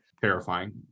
Terrifying